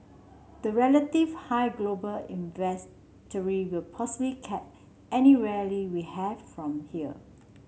the relative high global inventory will possibly cap any rally we have from here